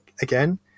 again